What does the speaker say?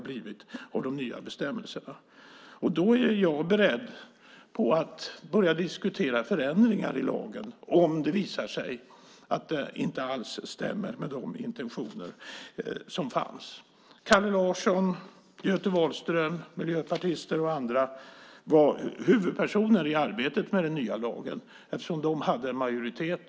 Jag är då beredd att börja diskutera förändringar i lagen om det visar sig att det inte alls stämmer med de intentioner som fanns. Kalle Larsson, Göte Wahlström, miljöpartister och andra var huvudpersoner i arbetet med den nya lagen, eftersom de då var i majoritet.